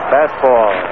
Fastball